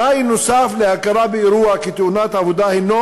תנאי נוסף להכרה באירוע כתאונת עבודה הנו